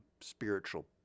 spiritual